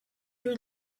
your